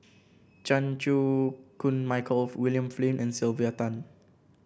Chan Chew Koon Michael William Flint and Sylvia Tan